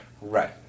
Right